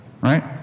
right